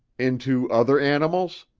into other animals?